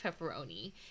pepperoni